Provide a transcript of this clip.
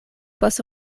post